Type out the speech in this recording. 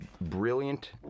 brilliant